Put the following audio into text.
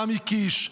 גם מקיש,